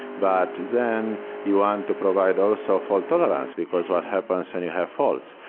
but then you want to provide also fault tolerance, because what happens when you have faults?